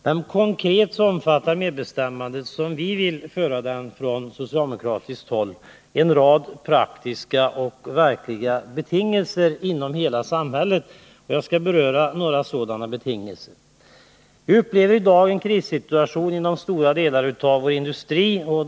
Men konkret omfattar medbestämmandet, såsom vi från socialdemokratiskt håll vill utforma det, en rad praktiska och verkliga betingelser inom hela samhället. Jag skall beröra några sådana betingelser. Vi upplever i dag en krissituation inom stora delar av vår industri.